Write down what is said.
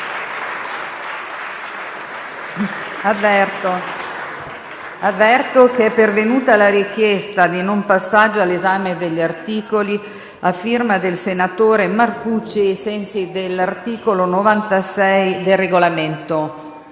Avverto che è pervenuta una richiesta di non passaggio all'esame degli articoli a firma del senatore Marcucci, ai sensi dell'articolo 96 del Regolamento.